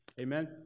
Amen